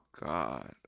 god